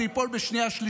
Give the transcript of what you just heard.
זה ייפול בשנייה-שלישית,